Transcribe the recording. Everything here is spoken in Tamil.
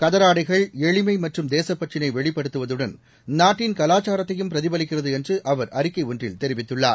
கதர் ஆடைகள் எளிமை மற்றும் தேசப்பற்றினை வெளிப்படுத்துவதுடன் நாட்டின் கலாச்சாரத்தையும் பிரதிபலிக்கிறது என்று அவர் அறிக்கை ஒன்றில் தெரிவித்துள்ளார்